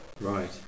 Right